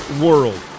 world